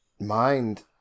mind